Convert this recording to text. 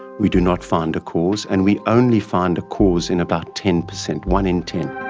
we do not find a cause, and we only find a cause in about ten percent, one in ten.